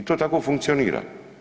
I to tako funkcionira.